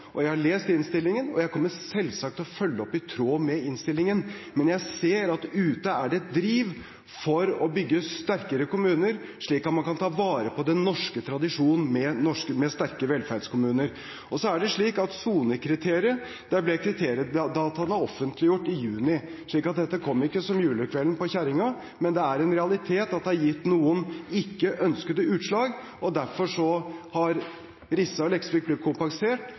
program, jeg har lest innstillingen, og jeg kommer selvsagt til å følge opp i tråd med innstillingen. Men jeg ser at ute er det et driv for å bygge sterkere kommuner slik at man kan ta vare på den norske tradisjonen med sterke velferdskommuner. Og når det gjelder sonekriterier, ble dataene offentliggjort i juni, så dette kom ikke som julekvelden på kjerringa, men det er en realitet at det har gitt noen ikke-ønskede utslag. Derfor har Rissa og Leksvik blitt kompensert,